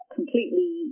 Completely